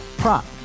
prop